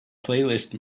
playlist